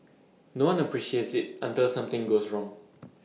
no one appreciates IT until something goes wrong